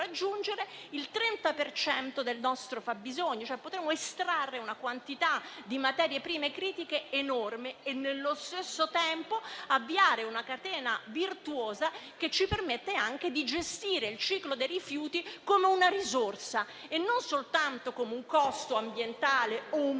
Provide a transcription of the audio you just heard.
cento del nostro fabbisogno ed estrarre una quantità di materie prime critiche enorme e nello stesso tempo avviare una catena virtuosa che ci permette anche di gestire il ciclo dei rifiuti come una risorsa e non soltanto come un costo ambientale, o un